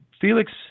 felix